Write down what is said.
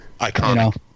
iconic